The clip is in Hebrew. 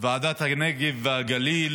בוועדת הנגב והגליל.